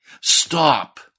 Stop